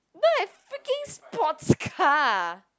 not a freaking sports car